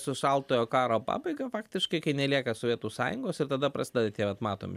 su šaltojo karo pabaiga faktiškai kai nelieka sovietų sąjungos ir tada prasideda tie vat matomi